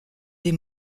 des